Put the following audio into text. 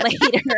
later